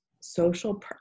social